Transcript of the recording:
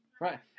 Right